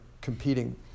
competing